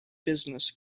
business